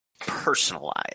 personalized